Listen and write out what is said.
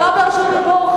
אתה לא ברשות דיבור,